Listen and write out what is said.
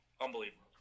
unbelievable